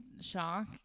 shock